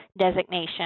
designation